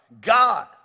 God